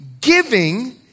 giving